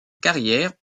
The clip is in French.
carrière